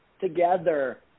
together